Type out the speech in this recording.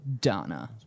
Donna